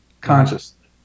consciously